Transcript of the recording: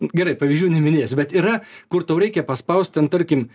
gerai pavyzdžių neminėsiu bet yra kur tau reikia paspaust ten tarkim